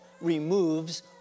removes